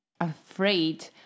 afraid